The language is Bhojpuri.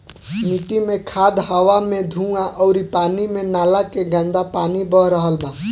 मिट्टी मे खाद, हवा मे धुवां अउरी पानी मे नाला के गन्दा पानी बह रहल बा